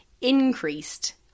increased